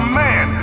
man